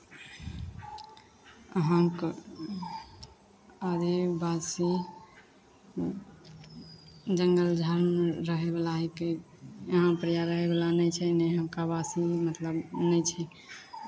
नहि कोइ रास्ता बतबै छै केओके केओ पढ़ए लए बता दै बताए दै छै सलेक्ट कऽ के रटि लए एहि खातिर ले पढ़ाइ पढ़ाइ भी बहुत अच्छा रहै घरक बगलमे इसकुल रहै रोज जाइ रहियै पढ़ै रहियै पढ़एमे बहुत मन लगैत रहै लेकिन लेकिन